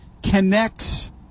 connects